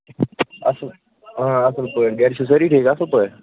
اَصٕل آ اَصٕل پٲٹھۍ گَرِ چھِو سٲری ٹھیٖک اَصٕل پٲٹھۍ